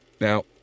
Now